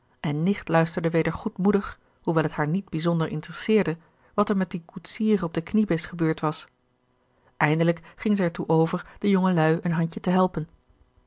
en nicht luisterde weder goedmoedig hoewel het haar niet bijzonder interesseerde wat er met dien koetsier op de kniebis gebeurd was eindelijk ging zij er toe over de jongelui een handje te helpen